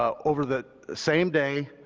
ah over the same day,